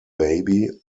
baby